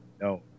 no